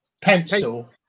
Pencil